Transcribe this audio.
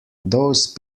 those